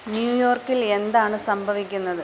ന്യൂയോർക്കിൽ എന്താണ് സംഭവിക്കുന്നത്